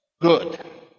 good